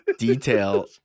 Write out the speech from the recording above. Detail